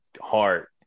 heart